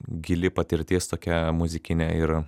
gili patirtis tokia muzikinė ir